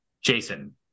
jason